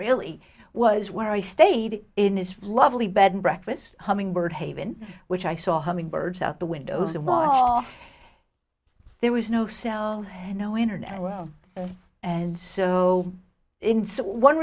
really was where i stayed in his lovely bed and breakfast humming bird haven which i saw humming birds out the windows the wall there was no cell no internet around and so in one